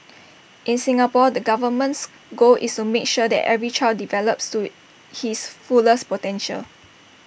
in Singapore the government's goal is to make sure that every child develops to his fullest potential